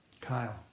Kyle